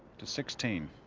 to sixteen.